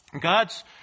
God's